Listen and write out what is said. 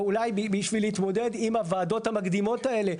או אולי בשביל להתמודד עם הוועדות המקדימות האלה,